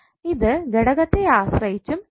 അത് ഘടകത്തെ ആശ്രിയിച്ചും ഇരിക്കും